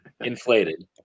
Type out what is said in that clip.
inflated